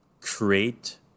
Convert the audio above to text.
create